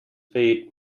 feet